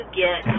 get